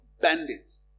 bandits